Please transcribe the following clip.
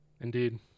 Indeed